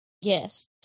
Yes